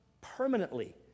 permanently